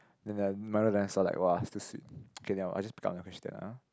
then the milo dinosaur like [wah] it's too sweet okay nevermind I just pick out my question ah